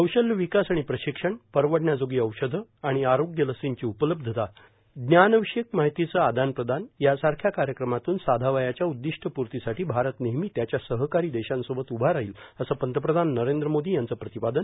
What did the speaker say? कौशल्य विकास आणि प्रशिक्षण परवडण्याजोगी औषधं आणि आरोग्य लसींची उपलब्धता ज्ञानविषयक माहितीचं आदान प्रदान यासारख्या कार्यक्रमातून साधावयाच्या उद्दिष्ट प्र्तीसाठी भारत नेहमी त्यांच्या सहकारी देशासोबत उभा राहिल असं पंतप्रधान नरेंद्र मोदी यांच प्रतिपादन